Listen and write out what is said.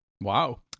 wow